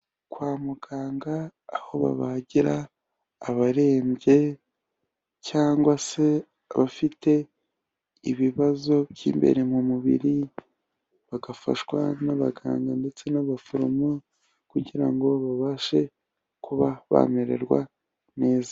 Kwa muganga, aho babagira abarembye cyangwa se abafite ibibazo by'imbere mu mubiri, bagafashwa n'abaganga ndetse n'abaforomo kugira ngo babashe kuba bamererwa neza.